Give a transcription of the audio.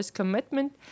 commitment